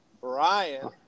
Brian